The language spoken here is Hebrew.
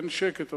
אין שקט,